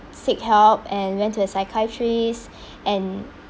seek help and went to the psychiatrist and